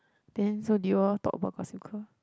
then so do you all talk about classical